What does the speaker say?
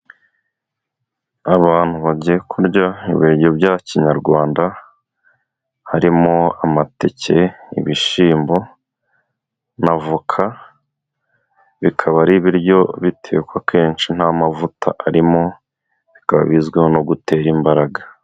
Abantu bagiye kurya ibiryo bya kinyarwanda, harimo amateke, ibishyimbo n'avoka. Bikaba ari ibiryo bitekwa kenshi nta mavuta arimo, bikaba bizwiho no gutera imbaraga.